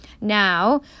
Now